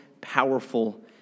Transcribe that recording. powerful